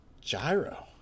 gyro